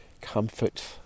comfort